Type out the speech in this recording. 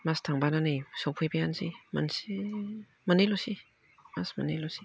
मास थांबानो नै सफैबायानोसै मोनसे मोननैल'सै मास मोननैल'सै